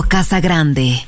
Casagrande